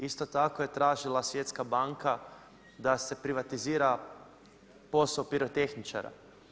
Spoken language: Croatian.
Isto tako je tražila Svjetska banka da se privatizira posao pirotehničara.